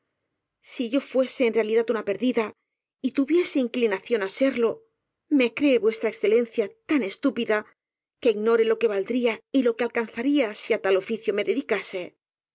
si yo fuese en realidad una perdida ó tuviese inclinación á serlo me ciee v e tan estúpida que ignore lo que valdría y lo que alcanzaría si á tal oficio me dedicase